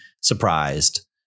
surprised